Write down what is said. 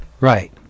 right